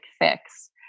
fix